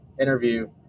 interview